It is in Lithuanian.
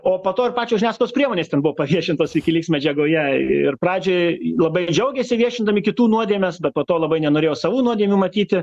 o po to ir pačios žiniasklaidos priemonės ten buvo paviešintos wikileaks medžiagoje ir pradžioj labai džiaugėsi viešindami kitų nuodėmes bet po to labai nenorėjo savų nuodėmių matyti